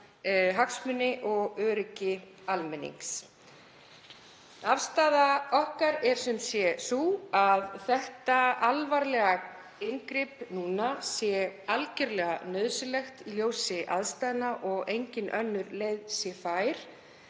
hagsmuni og öryggi almennings. Afstaða okkar er sem sé sú að þetta alvarlega inngrip núna sé algerlega nauðsynlegt í ljósi aðstæðna og engin önnur leið fær,